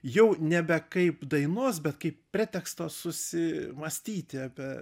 jau nebe kaip dainos bet kaip preteksto susimąstyti apie